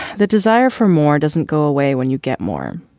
the desire for more doesn't go away when you get more.